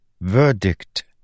Verdict